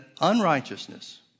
unrighteousness